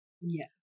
Yes